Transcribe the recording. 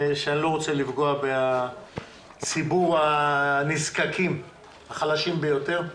שאני לא רוצה לפגוע בציבור החלשים יותר,